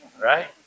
right